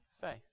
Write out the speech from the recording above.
faith